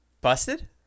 busted